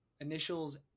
Initials